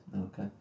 Okay